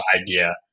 idea